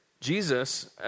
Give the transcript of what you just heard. Jesus